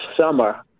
summer